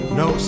no